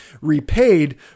repaid